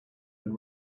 been